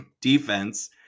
defense